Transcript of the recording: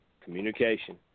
Communication